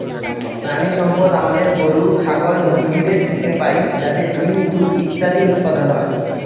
প্রানীসম্পদ আমাদের গরু, ছাগল, মুরগিদের থেকে পাই যাতে ডিম, দুধ ইত্যাদি উৎপাদন হয়